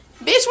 bitch